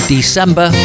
December